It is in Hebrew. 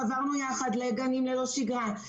חברנו יחד לגנים ללא שגרה,